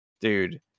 dude